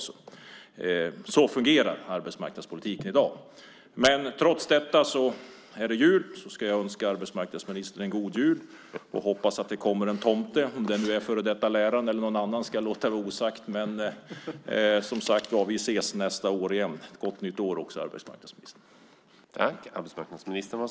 Så fungerar arbetsmarknadspolitiken i dag. Trots allt är det jul och jag önskar arbetsmarknadsministern en god jul. Jag hoppas att det kommer en tomte - om det är den före detta läraren eller någon annan vet jag inte. Vi ses nästa år. Gott nytt år också, arbetsmarknadsministern.